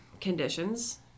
conditions